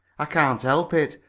i can't help it.